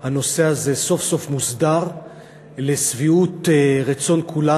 הנושא הזה סוף-סוף מוסדר לשביעות רצון כולם.